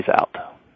out